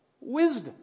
wisdom